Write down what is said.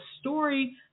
story